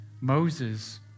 Moses